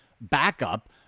backup